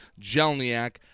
Jelniak